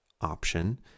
option